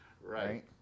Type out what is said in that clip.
Right